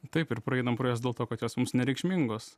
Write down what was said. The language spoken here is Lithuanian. taip ir praeinam pro jas dėl to kad jos mums nereikšmingos